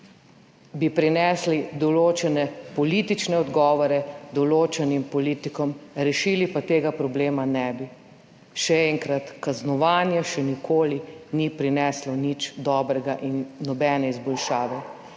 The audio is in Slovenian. bi prinesli določene politične odgovore določenim politikom, rešili pa tega problema ne bi. Še enkrat, kaznovanje še nikoli ni prineslo nič dobrega in nobene izboljšave.